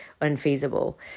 unfeasible